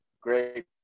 great